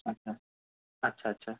আচ্ছা আচ্ছা আচ্ছা